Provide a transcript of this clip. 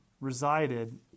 resided